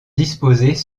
disposés